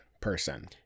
person